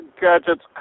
Gadgets